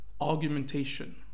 argumentation